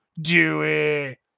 Dewey